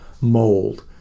mold